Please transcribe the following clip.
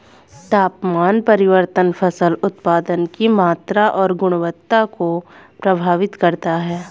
तापमान परिवर्तन फसल उत्पादन की मात्रा और गुणवत्ता को प्रभावित करता है